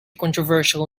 controversial